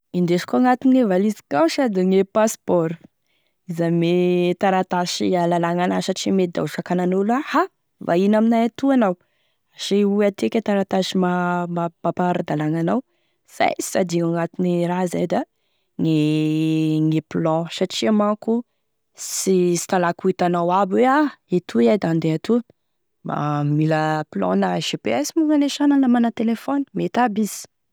Indesiko agnatine valizeko ao sa da gne passeport izy ame taratasy hahalalagny anahy satria da mety iaho sakanan'olo hoe a vahiny aminay eto anao, asehoy atiky e taratasy mamp- mampa-aradalagny anao izay e sy adigno agnatine raha izay da gne gne plan satria manko sy talaky ho hitanao aby hoe a itoa iay da handeha atoa, mba mila plan na GPS moa la sa mana téléphone, mety aby izy.